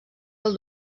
del